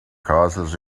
castles